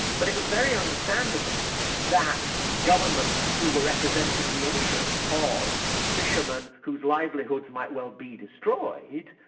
but it was very understandable that governments who were representing the interests of fishermen whose livelihoods might well be destroyed,